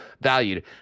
valued